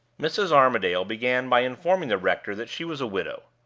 mrs. armadale began by informing the rector that she was a widow.